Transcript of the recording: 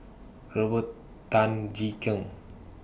Robert Tan Jee Keng